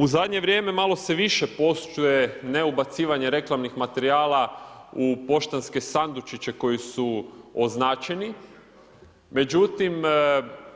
U zadnje vrijeme malo se više poštuje ne ubacivanje reklamnih materijala u poštanske sandučiće koji su označeni međutim